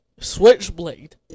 switchblade